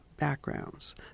backgrounds